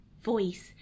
voice